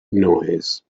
noise